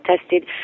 tested